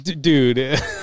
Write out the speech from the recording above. dude